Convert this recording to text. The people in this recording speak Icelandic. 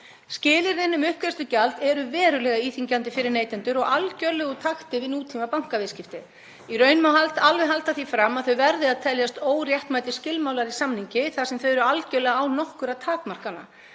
Skilyrðin um uppgreiðslugjald eru verulega íþyngjandi fyrir neytendur og algerlega úr takti við nútímabankaviðskipti. Í raun má alveg halda því fram að þau verði að teljast óréttmætir skilmálar í samningi þar sem þau eru algerlega án nokkurra takmarkana.